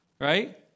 right